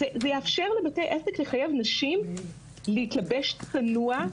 זה יאפשר לבתי עסק לחייב נשים להתלבש צנוע,